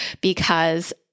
because-